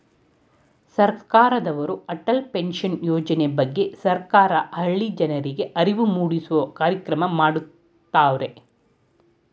ಸರ್ಕಾರದವ್ರು ಅಟಲ್ ಪೆನ್ಷನ್ ಯೋಜನೆ ಬಗ್ಗೆ ಸರ್ಕಾರ ಹಳ್ಳಿ ಜನರ್ರಿಗೆ ಅರಿವು ಮೂಡಿಸೂ ಕಾರ್ಯಕ್ರಮ ಮಾಡತವ್ರೆ